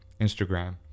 Instagram